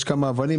יש כמה אבנים,